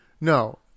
no